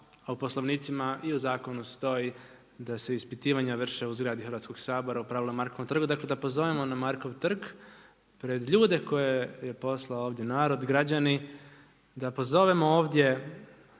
a u poslovnicima i u zakonu stoji da se ispitivanja vrše u zgradi Hrvatskoga sabora u pravilu na Markovom trgu, dakle da pozovemo na Markov trg, pred ljude koje je poslao ovdje narod, građani, da pozovemo ovdje